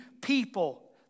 people